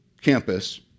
campus